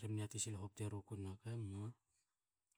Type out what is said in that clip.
rebne yati sil hobte ruku nakue emua